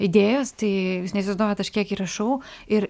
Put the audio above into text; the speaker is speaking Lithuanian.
idėjos tai jūs neįsivaizduojat aš kažkiek įrašau ir